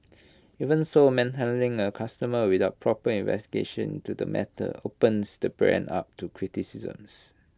even so manhandling A customer without proper investigation into the matter opens the brand up to criticisms